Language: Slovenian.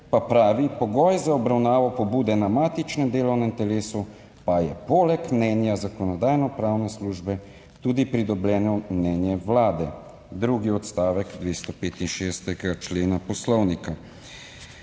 pa pravi: "Pogoj za obravnavo pobude na matičnem delovnem telesu pa je poleg mnenja Zakonodajno-pravne službe tudi pridobljeno mnenje Vlade". Drugi odstavek 265. člena Poslovnika.